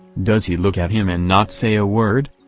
does he look at him and not say a word?